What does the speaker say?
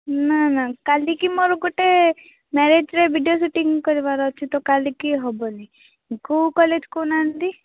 ନାଁ ନାଁ କାଲିକି ମୋର ଗୋଟେ ମ୍ୟାରେଜରେ ଭିଡ଼ିଓ ଶୁଟିଙ୍ଗ କରିବାର ଅଛି ତ କାଲିକି ହେବନି କେଉଁ କହୁ ନାହାନ୍ତି